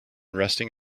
resting